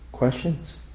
Questions